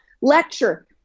lecture